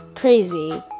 Crazy